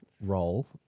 role